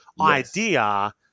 idea